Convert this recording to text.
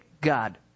God